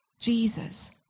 Jesus